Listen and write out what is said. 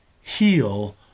heal